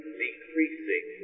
decreasing